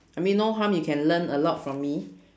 I mean no harm you can learn a lot from me